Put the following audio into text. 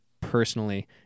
personally